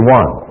one